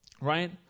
Right